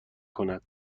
کند